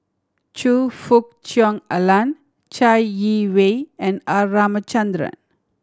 Choe Fook Cheong Alan Chai Yee Wei and R Ramachandran